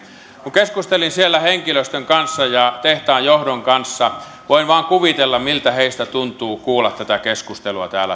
keskustelin siellä henkilöstön kanssa ja tehtaan johdon kanssa ja voin vain kuvitella miltä heistä tuntuu kuulla tätä keskustelua täällä